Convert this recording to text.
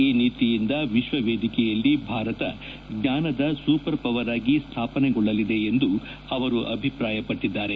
ಈ ನೀತಿಯಿಂದ ವಿಕ್ವ ವೇದಿಕೆಯಲ್ಲಿ ಭಾರತ ಜ್ವಾನದ ಸೂಪರ್ ಪವರ್ ಆಗಿ ಸ್ಥಾಪನೆಗೊಳ್ಳಲಿದೆ ಎಂದು ಅವರು ಅಭಿಪ್ರಾಯಪಟ್ಟದ್ದಾರೆ